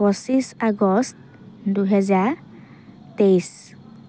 পঁচিছ আগষ্ট দুহেজাৰ তেইছ